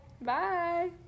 Bye